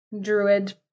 druid